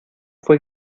fue